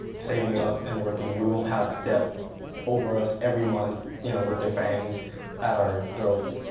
saving up and working. we won't have debt over us every month you know with their fangs at our throats.